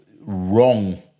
wrong